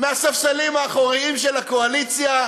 מהספסלים האחוריים של הקואליציה,